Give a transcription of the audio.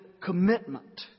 commitment